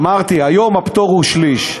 אמרתי: היום הפטור הוא שליש.